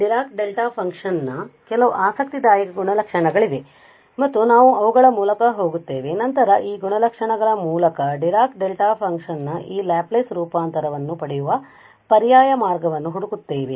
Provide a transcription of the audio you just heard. ಈ Dirac delta function ನ ಕೆಲವು ಆಸಕ್ತಿದಾಯಕ ಗುಣಲಕ್ಷಣಗಳಿವೆ ಮತ್ತು ನಾವು ಅವುಗಳ ಮೂಲಕ ಹೋಗುತ್ತೇವೆ ಮತ್ತು ನಂತರ ನಾವು ಈ ಗುಣಲಕ್ಷಣಗಳ ಮೂಲಕ ಡಿರಾಕ್ ಡೆಲ್ಟಾ ಫಂಕ್ಷನ್ ನ ಈ ಲ್ಯಾಪ್ಲೇಸ್ ರೂಪಾಂತರವನ್ನು ಪಡೆಯುವ ಪರ್ಯಾಯ ಮಾರ್ಗವನ್ನು ಹುಡುಕುತ್ತೇವೆ